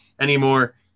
anymore